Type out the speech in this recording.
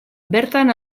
bertan